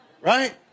right